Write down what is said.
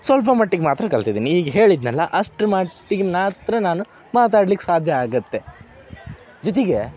ಸ್ವಲ್ಪ ಮಟ್ಟಿಗೆ ಮಾತ್ರ ಕಲ್ತಿದ್ದೀನಿ ಈಗ ಹೇಳಿದ್ದೆನಲ್ಲ ಅಷ್ಟ್ರ ಮಟ್ಟಿಗೆ ಮಾತ್ರ ನಾನು ಮಾತಾಡ್ಲಿಕ್ಕೆ ಸಾಧ್ಯ ಆಗುತ್ತೆ ಜೊತೆಗೆ